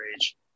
age